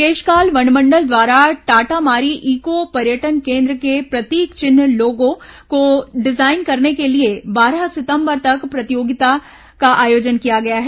केशकाल वनमंडल द्वारा टाटामारी ईको पर्यटन केन्द्र के प्रतीक चिन्ह लोगो को डिजाईन करने के लिए बारह सितंबर तक प्रतियोगिता का आयोजन किया जाएगा